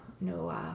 no